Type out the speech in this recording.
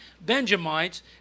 Benjamites